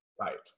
Right